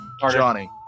Johnny